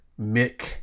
Mick